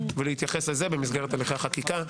ולהתייחס לזה במסגרת הליכי החקיקה.